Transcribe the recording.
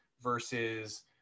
versus